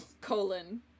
colon